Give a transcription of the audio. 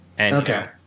Okay